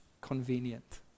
convenient